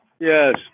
Yes